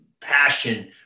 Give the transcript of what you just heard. passion